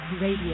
Radio